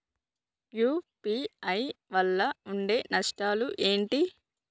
UPI వల్ల ఉండే నష్టాలు ఏంటి??